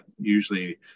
usually